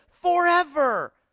Forever